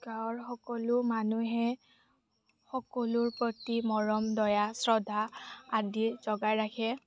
গাঁৱৰ সকলো মানুহে সকলোৰ প্ৰতি মৰম দয়া শ্ৰদ্ধা আদি জগাই ৰাখে